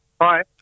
Hi